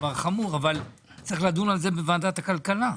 דבר חמור, צריך לדון בו בוועדת הכלכלה.